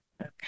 Okay